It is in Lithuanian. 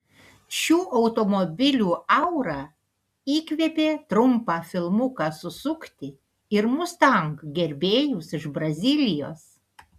šių automobilių aura įkvėpė trumpą filmuką susukti ir mustang gerbėjus iš brazilijos